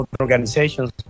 organizations